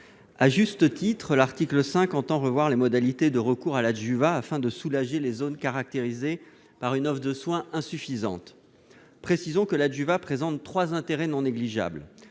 sur l'article. L'article 5 revoit à juste titre les modalités de recours à l'adjuvat, afin de soulager les zones caractérisées par une offre de soins insuffisante. Précisons que l'adjuvat présente trois intérêts non négligeables